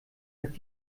hat